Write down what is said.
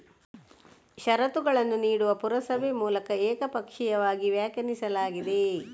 ಷರತ್ತುಗಳನ್ನು ನೀಡುವ ಪುರಸಭೆ ಮೂಲಕ ಏಕಪಕ್ಷೀಯವಾಗಿ ವ್ಯಾಖ್ಯಾನಿಸಲಾಗಿದೆ